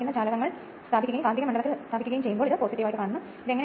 അതിനാൽ stator windings ഇവിടെയുണ്ട്